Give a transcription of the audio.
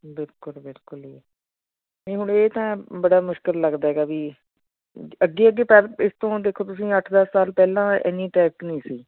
ਬਿਲਕੁਲ ਬਿਲਕੁਲ ਜੀ ਨਹੀਂ ਹੁਣ ਇਹ ਤਾਂ ਬੜਾ ਮੁਸ਼ਕਿਲ ਲੱਗਦਾ ਹੈਗਾ ਵੀ ਅੱਗੇ ਅੱਗੇ ਪਹਿ ਇਸ ਤੋਂ ਦੇਖੋ ਤੁਸੀਂ ਅੱਠ ਦਸ ਸਾਲ ਪਹਿਲਾਂ ਇੰਨੀ ਟਰੈਫਿਕ ਨਹੀਂ ਸੀ